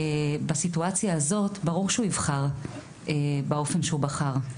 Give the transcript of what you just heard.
בסיטואציה הזאת ברור שהוא ייבחר באופן שהוא בחר.